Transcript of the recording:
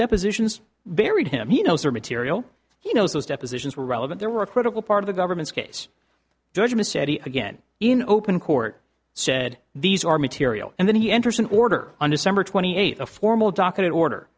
depositions buried him he knows are material he knows those depositions were relevant there were a critical part of the government's case judgment said again in open court said these are material and then he enters an order under summer twenty eight a formal docket order